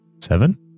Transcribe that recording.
Seven